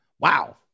Wow